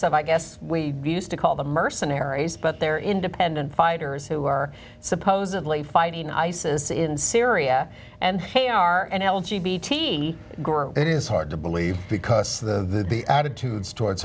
some i guess we used to call the mercenaries but they're independent fighters who are supposedly fighting isis in syria and they are an l g b t it is hard to believe because of the the attitudes towards